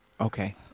okay